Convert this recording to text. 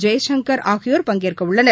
ஜெய்சங்கர் ஆகியோர் பங்கேற்கவுள்ளனர்